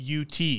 UT